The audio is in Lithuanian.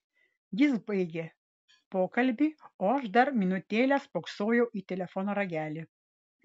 jis baigė pokalbį o aš dar minutėlę spoksojau į telefono ragelį